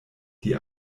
die